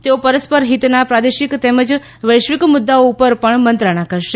તેઓ પરસ્પર હિતના પ્રાદેશિક તેમજ વૈશ્વિક મુદ્દાઓ ઉપર પણ મંત્રણા કરશે